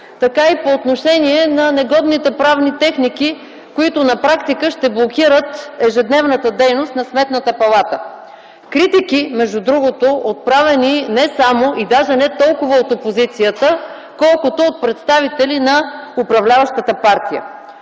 така и по отношение на негодните правни техники, които на практика ще блокират ежедневната дейност на Сметната палата. Критики, между другото, отправени не само и даже не толкова от опозицията, колкото от представители на управляващата партия.